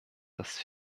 das